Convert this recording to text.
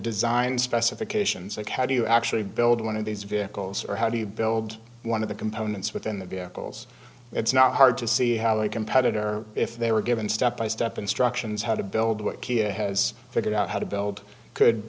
design specifications of how do you actually build one of these vehicles or how do you build one of the components within the vehicles it's not hard to see how a competitor if they were given step by step instructions how to build wikia has figured out how to build could